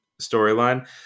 storyline